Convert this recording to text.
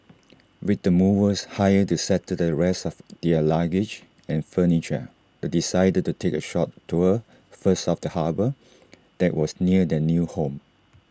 with the movers hired to settle the rest of their luggage and furniture they decided to take A short tour first of the harbour that was near their new home